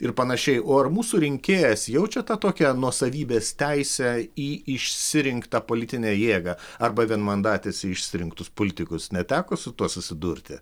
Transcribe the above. ir panašiai o ar mūsų rinkėjas jaučia tą tokią nuosavybės teisę į išsirinktą politinę jėgą arba vienmandatėse išsirinktus politikus neteko su tuo susidurti